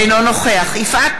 בעד יפעת